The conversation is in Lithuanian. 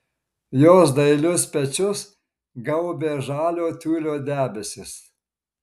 jos dailius pečius gaubė žalio tiulio debesis